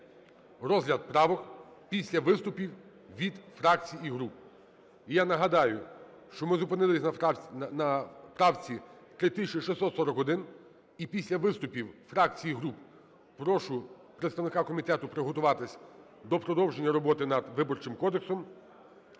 розгляд правок після виступів від фракцій і груп. І я нагадаю, що ми зупинилися на правці 3641. І після виступів фракцій і груп прошу представника комітету приготуватися до продовження роботи над Виборчим кодексом.